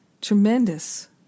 Tremendous